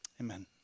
Amen